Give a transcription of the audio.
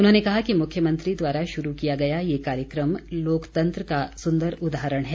उन्होंने कहा कि मुख्यमंत्री द्वारा शुरू किया गया ये कार्यक्रम लोकतंत्र का सुंदर उदाहरण है